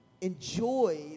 enjoy